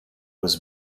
was